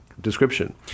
description